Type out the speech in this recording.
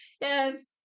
yes